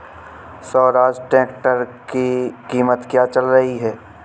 Swaraj tractor की कीमत क्या चल रही है?